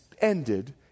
ended